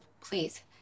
please